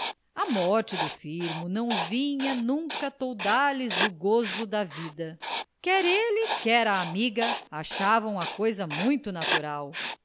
a morte do firmo não vinha nunca a toldar lhes o gozo da vida quer ele quer a amiga achavam a coisa muito natural